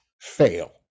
fail